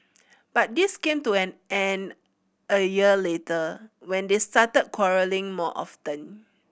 but this came to an end a year later when they started quarrelling more often